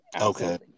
Okay